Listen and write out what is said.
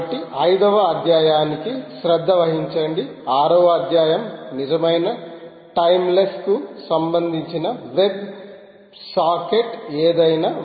కాబట్టి 5 వ అధ్యాయానికి శ్రద్ధ వహించండి 6 వ అధ్యాయం నిజమైన టైమ్లెస్కు సంబంధించి వెబ్ సాకెట్ ఏదైనా